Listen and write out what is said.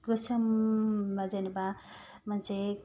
गोसोम मा जेनेबा मोनसे